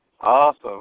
awesome